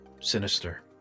sinister